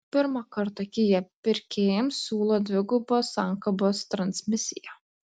pirmą kartą kia pirkėjams siūlo dvigubos sankabos transmisiją